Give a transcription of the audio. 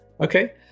Okay